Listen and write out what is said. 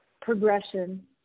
progression